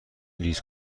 لیست